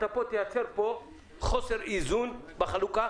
אתה תייצר פה חוסר איזון בחלוקה,